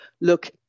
look